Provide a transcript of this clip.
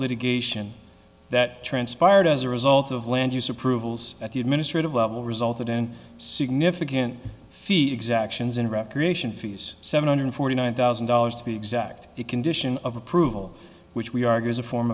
litigation that transpired as a result of land use approvals at the administrative level resulted in significant fee exactions in recreation fees seven hundred forty nine thousand dollars to be exact the condition of approval which we argue is a form